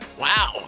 wow